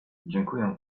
dziękuję